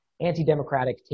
anti-democratic